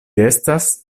estas